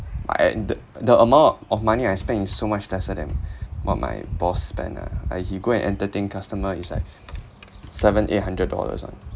but I the the amount of money I spend is so much lesser than what my boss spend ah like he go and entertain customer is like s~ seven eight hundred dollars [one]